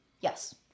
yes